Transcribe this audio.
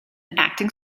acting